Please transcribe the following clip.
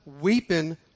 weeping